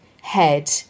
head